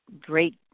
great